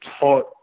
taught